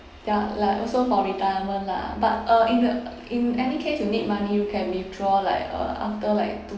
ya like also for retirement lah but uh in the in any case you need money you can withdraw like uh after like two